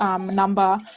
number